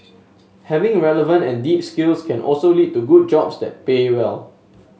having relevant and deep skills can also lead to good jobs that pay well